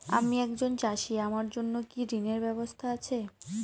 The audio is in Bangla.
আমি একজন চাষী আমার জন্য কি ঋণের ব্যবস্থা আছে?